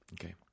Okay